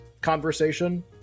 conversation